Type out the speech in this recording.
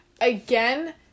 Again